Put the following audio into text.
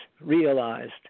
realized